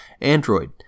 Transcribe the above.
Android